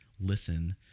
listen